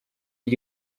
iki